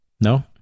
No